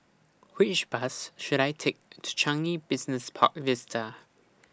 Which Bus should I Take to Changi Business Park Vista